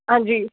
ਹਾਂਜੀ